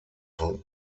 von